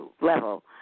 level